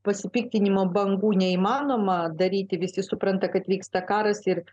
pasipiktinimo bangų neįmanoma daryti visi supranta kad vyksta karas ir